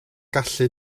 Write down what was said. gallu